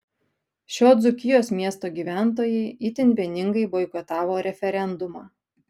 šio dzūkijos miesto gyventojai itin vieningai boikotavo referendumą